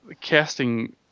casting